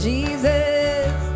Jesus